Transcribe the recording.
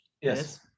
Yes